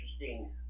interesting